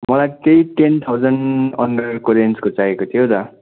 मलाई त्यही ten thousand अन्डरको रेन्जको चाहिएको थियो दा